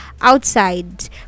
outside